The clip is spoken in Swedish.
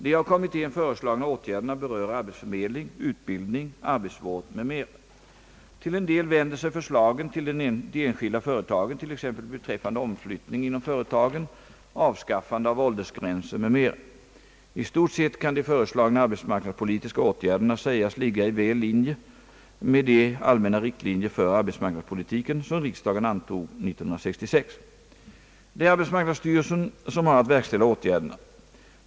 De av kommittén föreslagna åtgärderna berör arbetsförmedling, utbildning, arbetsvård m.m. Till en del vänder sig förslagenr till de enskilda företagen, t.ex. beträffande omflyttning inom företagen, avskaffande av åldersgränser m.m. I stort sett kan de föreslagna arbetsmarknadspolitiska åtgärderna sägas ligga väl i linje med de allmänna riktlinjer för arbetsmarknadspolitiken som riksdagen antog år 1966. Det är arbetsmarknadsstyrelsen som har att verkställa åtgärderna.